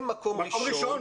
מקום ראשון.